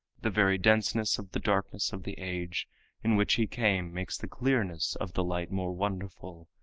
the very denseness of the darkness of the age in which he came makes the clearness of the light more wonderful,